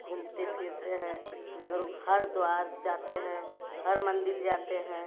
घूमते फिरते हैं सगरू हरिद्वार जाते हैं हर मंदिर जाते हैं